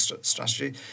strategy